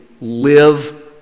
live